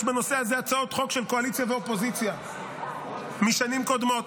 יש בנושא הזה הצעות חוק של קואליציה ואופוזיציה משנים קודמות.